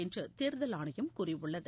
என்று தேர்தல் ஆணையம் கூறியுள்ளது